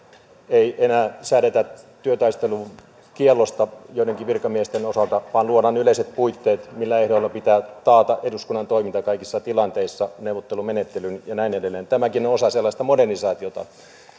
ei enää säädetä työtaistelukiellosta joidenkin virkamiesten osalta vaan luodaan yleiset puitteet millä ehdoilla pitää taata eduskunnan toiminta kaikissa tilanteissa neuvottelumenettelyin ja näin edelleen tämäkin on osa sellaista modernisaatiota